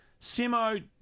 Simo